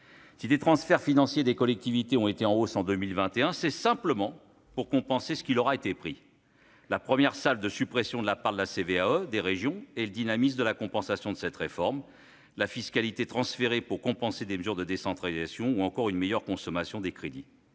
Si les transferts financiers des collectivités ont été en hausse en 2021, c'est simplement pour compenser ce qui leur a été pris : la première salve de suppression de la part de la cotisation sur la valeur ajoutée des entreprises (CVAE) destinée aux régions et le dynamisme de la compensation de cette réforme, la fiscalité transférée pour compenser des mesures de décentralisation ou encore une meilleure consommation des crédits.